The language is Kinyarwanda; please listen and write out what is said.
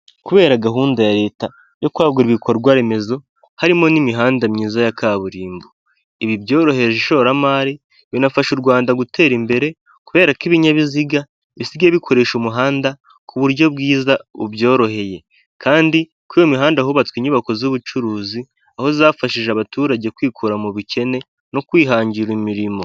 Kubera gahunda ya leta yo kwagura ibikorwa remezo harimo n'imihanda myiza ya kaburimbo, ibi byoroheje ishoramari binafasha u Rwanda gutera imbere, kubera ko ibinyabiziga bisigaye bikoresha umuhanda ku buryo bwiza bubyoroheye, kandi kuri iyo mihanda hubatswe inyubako z'ubucuruzi aho zafashije abaturage kwikura mu bukene no kwihangira imirimo.